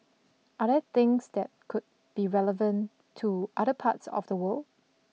are there things that could be relevant to other parts of the world